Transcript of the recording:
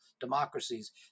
democracies